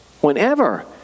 Whenever